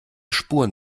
spuren